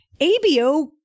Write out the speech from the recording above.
ABO